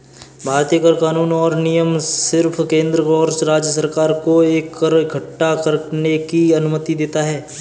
भारतीय कर कानून और नियम सिर्फ केंद्र और राज्य सरकार को कर इक्कठा करने की अनुमति देता है